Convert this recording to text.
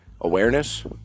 awareness